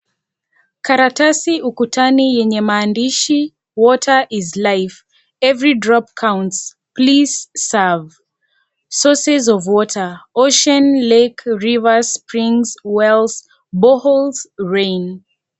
Katratasi ukutani yenye maandishi water is life, every drop counts, please save, sources of water, ocean, lake, rivers, springs, wells, boreholes, rain .